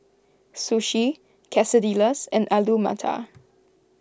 Sushi Quesadillas and Alu Matar